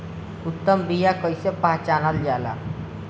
उत्तम बीया कईसे पहचानल जाला?